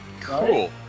Cool